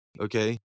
okay